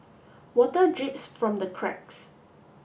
water drips from the cracks